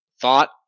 thought